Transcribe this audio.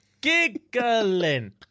giggling